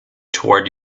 toward